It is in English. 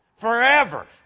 Forever